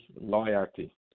loyalty